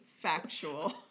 Factual